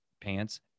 pants